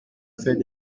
fait